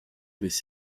avaient